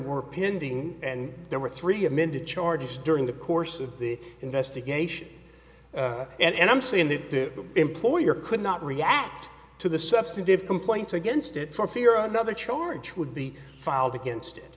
were pending and there were three amended charges during the course of the investigation and i'm saying that the employer could not react to the substantive complaints against it for fear another charge would be filed against it